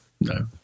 no